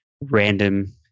random